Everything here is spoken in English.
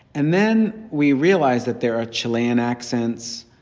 and then we realized that there are chilean accents,